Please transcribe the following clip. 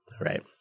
right